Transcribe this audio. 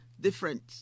different